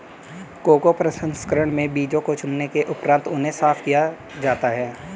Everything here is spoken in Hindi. कोको प्रसंस्करण में बीजों को चुनने के उपरांत उन्हें साफ किया जाता है